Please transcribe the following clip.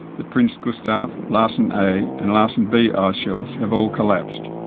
the prince gustav, larsen a and larsen b ice shelves have all collapsed,